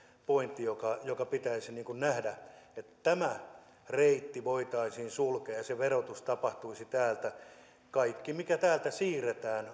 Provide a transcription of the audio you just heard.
pointti joka joka pitäisi nähdä että tämä reitti voitaisiin sulkea ja se verotus tapahtuisi täältä kaikki varanto mikä täältä siirretään